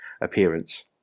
appearance